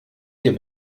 dir